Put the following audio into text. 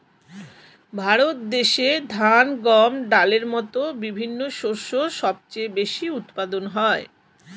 ভারত দেশে ধান, গম, ডালের মতো বিভিন্ন শস্য সবচেয়ে বেশি উৎপাদন হয়